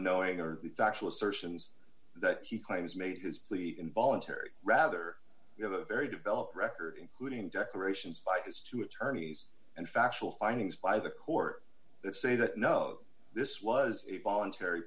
unknowing or the factual assertions that he claims made his plea involuntary rather you have a very developed record including declarations by his two attorneys and factual findings by the court that say that no this was a voluntary